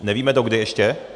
Nevíme dokdy ještě?